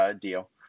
deal